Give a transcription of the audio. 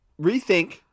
rethink